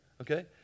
Okay